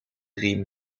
riem